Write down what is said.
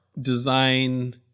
design